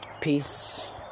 peace